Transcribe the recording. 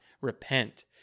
Repent